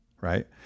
right